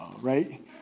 right